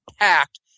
packed